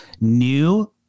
New